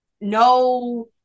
No